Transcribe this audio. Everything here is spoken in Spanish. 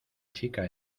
chica